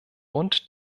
und